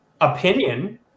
opinion